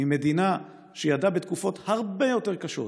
מדינה שידעה בתקופות הרבה יותר קשות,